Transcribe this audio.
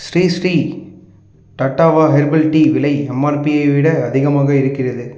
Sri Sri Tattva herbal tea விலை MRP யை விட அதிகமாக இருக்கிறது